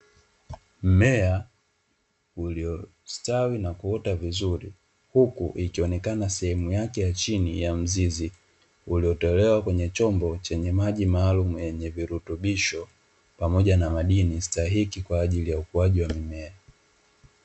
Mmea uliostawi na kuota vizuri, huku ikionekana sehemu yake ya chini ya mzizi uliotolewa kwenye chombo chenye maji maalumu yenye virutubisho pamoja na madini stahiki kwa ajili ya ukuaji wa mmea.